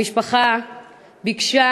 המשפחה ביקשה